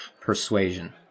persuasion